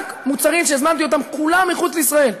רק מוצרים שהזמנתי אותם, כולם, מחוץ לישראל.